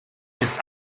ist